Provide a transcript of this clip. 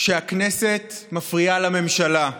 שהכנסת מפריעה לממשלה,